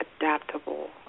adaptable